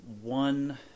one